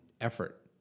effort